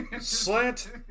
Slant